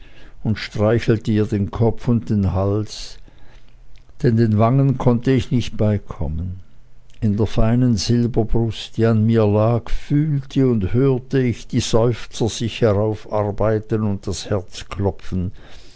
und streichelte ihr den kopf und den hals denn den wangen konnte ich nicht beikommen in der feinen silberbrust die an mir lag fühlte und hörte ich die seufzer sich heraufarbeiten und das herz